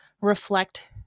reflect